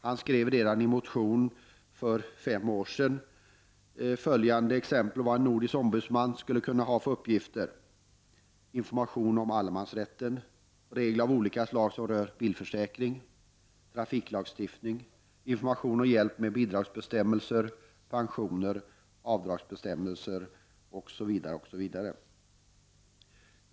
Han gav redan i en motion för fem år sedan exempel på vad en nordisk ombudsman skulle kunna ha för uppgifter: information om allemansrätten och om regler av olika slag som rör bilförsäkring och trafiklagstiftning, information och hjälp med bidragsbestämmelser, pensioner, avdragsbestämmelser, osv. osv.